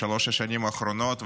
בשלוש השנים האחרונות,